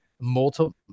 multiple –